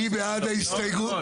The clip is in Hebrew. מי בעד ההסתייגות?